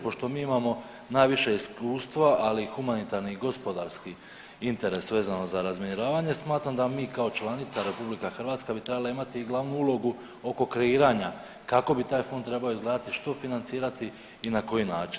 Pošto mi imamo najviše iskustva, ali i humanitarni i gospodarski interes vezano za razminiravanje smatram da mi kao članica RH bi trebala imati i glavnu ulogu oko kreiranja kako bi taj fond trebao izgledati, što financirati i na koji način.